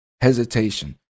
hesitation